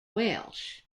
welsh